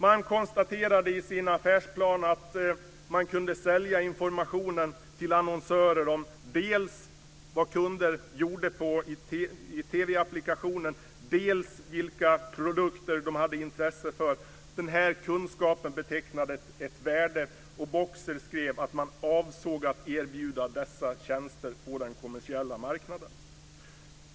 Boxer konstaterade i sin affärsplan att man kunde sälja informationen till annonsörer om dels vad kunder gjorde i TV-applikationen, dels vilka produkter de hade intresse av. Kunskapen betecknade ett värde, och Boxer skrev att man avsåg att erbjuda dessa tjänster på den kommersiella marknaden.